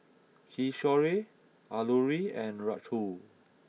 Kishore Alluri and Rahul